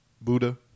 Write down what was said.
Buddha